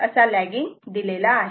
8 legging दिलेला आहे